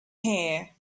here